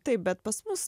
taip bet pas mus